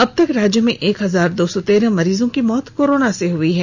अब तक राज्य में एक हजार दो सौ तेरह मरीज की मौत कोरोना से हुई हैं